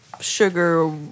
sugar